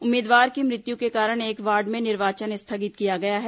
उम्मीदवार की मृत्यु के कारण एक वार्ड में निर्वाचन स्थगित किया गया है